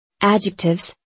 Adjectives